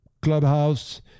clubhouse